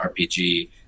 rpg